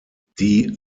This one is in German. die